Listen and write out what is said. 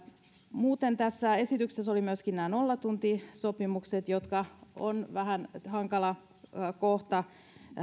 muuten tässä esityksessä olivat myöskin nämä nollatuntisopimukset jotka ovat vähän hankala kohta